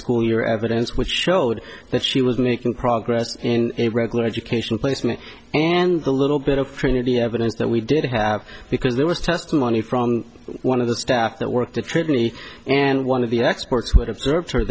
school year evidence which showed that she was making progress in a regular educational placement and the little bit of trinity evidence that we did have because there was testimony from one of the staff that worked a treat me and one of the experts would have served her